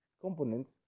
components